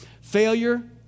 Failure